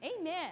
amen